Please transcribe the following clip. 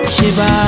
Shiba